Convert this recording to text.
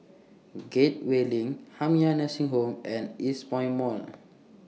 Gateway LINK Jamiyah Nursing Home and Eastpoint Mall